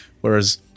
Whereas